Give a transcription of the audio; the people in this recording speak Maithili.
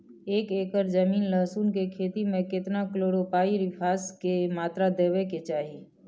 एक एकर जमीन लहसुन के खेती मे केतना कलोरोपाईरिफास के मात्रा देबै के चाही?